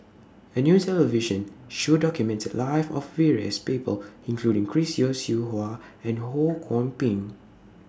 A New television Show documented The Lives of various People including Chris Yeo Siew Hua and Ho Kwon Ping